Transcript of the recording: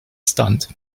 stunt